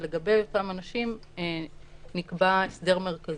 ולגבי אותם אנשים נקבע הסדר מרכזי,